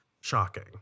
shocking